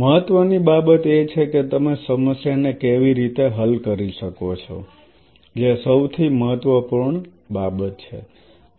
મહત્ત્વની બાબત એ છે કે તમે સમસ્યાને કેવી રીતે હલ કરી શકો છો જે સૌથી મહત્વપૂર્ણ બાબત છે